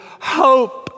hope